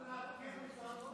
אנחנו נעדכן בצורה מסודרת.